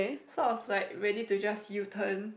sound of like ready to just U turn